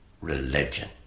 religion